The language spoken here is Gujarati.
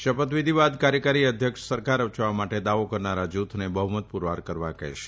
શપથ વિધિ બાદ કાર્યકારી અધ્યક્ષ સરકાર રચવા માટે દાવો કરનારા જુથને બહ્મત પુરવાર કરવા કહેશે